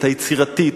היצירתית,